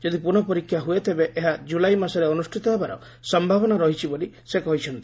ଯଦି ପୁନଃ ପରୀକ୍ଷା ହୁଏ ତେବେ ଏହା ଜୁଲାଇ ମାସରେ ଅନୁଷ୍ଠିତ ହେବାର ସମ୍ଭାବନା ରହିଛି ବୋଲି ସେ କହିଛନ୍ତି